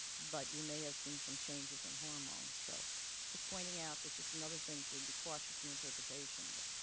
but you may have seen some changes in hormones, so just pointing out it's just another thing to be cautious in interpretation. but